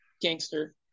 gangster